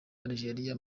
algeria